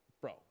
bro